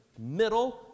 middle